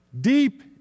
deep